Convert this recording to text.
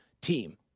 team